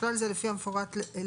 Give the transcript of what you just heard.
ובכלל זה לפי המפורט להלן: